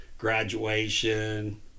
Graduation